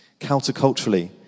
counterculturally